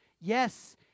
Yes